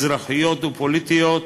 אזרחיות ופוליטיות,